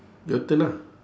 your turn ah